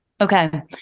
Okay